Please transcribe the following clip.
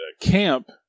camp